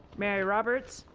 mary roberts,